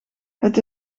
het